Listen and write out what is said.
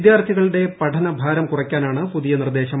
വിദ്യാർത്ഥികളുടെ പഠനഭാരം കുറയ്ക്കാനാണ് പുതിയ നിർദ്ദേശം